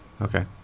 Okay